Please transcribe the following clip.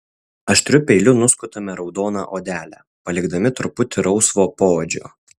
aštriu peiliu nuskutame raudoną odelę palikdami truputį rausvo poodžio